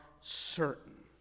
certain